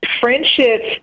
friendships